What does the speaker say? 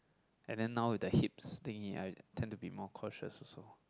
and then now with the hips thingy I tend to be more cautious also